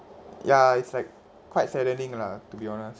ya it's like quite saddening lah to be honest